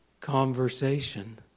conversation